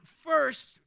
first